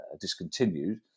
discontinued